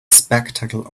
spectacle